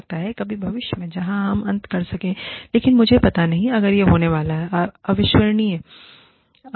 हो सकता है कभी भविष्य में जहां हम अंत कर सकें लेकिन मुझे पता नहीं है अगर यह होने वाला है अस्वीकरण